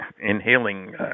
inhaling